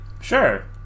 Sure